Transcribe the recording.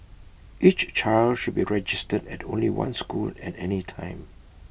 each child should be registered at only one school at any time